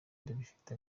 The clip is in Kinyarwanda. bifite